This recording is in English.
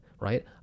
right